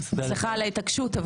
סליחה על ההתעקשות,